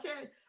Okay